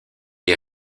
est